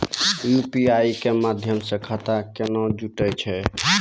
UPI के माध्यम से खाता केना जुटैय छै?